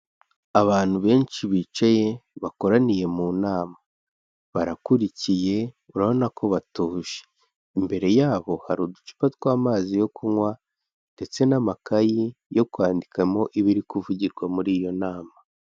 Abantu benshi bicaye bakoraniye mu nama, barakurikiye urabona ko batuje, imbere yabo hari uducupa tw'amazi yo kunywa, ndetse n'amakayi yo kwandikamo ibiri kuvugirwa muri iyo nama.